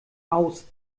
aus